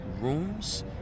rooms